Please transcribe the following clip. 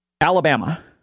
Alabama